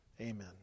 Amen